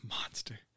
monster